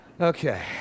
Okay